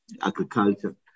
Agriculture